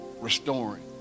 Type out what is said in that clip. restoring